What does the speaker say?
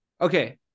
Okay